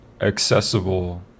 accessible